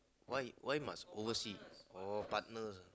why why why must oversea oh partners ah